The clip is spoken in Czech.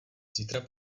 zítra